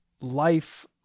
life